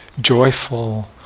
joyful